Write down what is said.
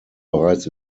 bereits